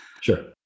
Sure